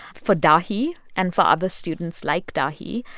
for dahi and for other students like dahi,